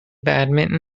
badminton